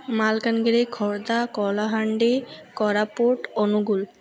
Malkangiri Khordha Kalahandi Koraput Angul